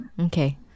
Okay